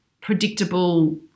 predictable